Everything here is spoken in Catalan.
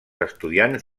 estudiants